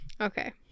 Okay